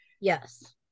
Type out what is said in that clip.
Yes